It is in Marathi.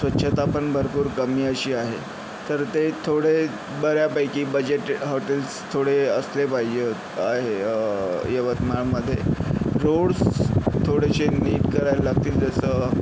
स्वच्छता पण भरपूर कमी अशी आहे तर ते थोडे बऱ्यापैकी बजेट हॉटेल्स थोडे असले पाहिजे आहे यवतमाळमध्ये रोड्स थोडेसे नीट करायला लागतील जसं